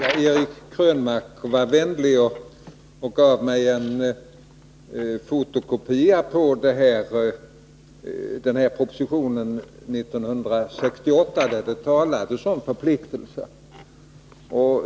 Fru talman! Eric Krönmark var vänlig och gav mig en fotokopia av propositionen från 1968 där det talades om förpliktelser.